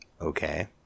okay